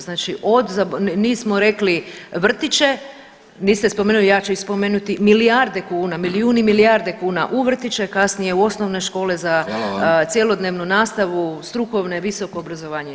Znači od, nismo rekli vrtiće, niste spomenuli ja ću ih spomenuti, milijarde kuna, milijuni i milijarde kuna u vrtiće, kasnije u osnovne škole za [[Upadica: Hvala vam.]] cjelodnevnu nastavu, strukovne, visoko obrazovanje itd.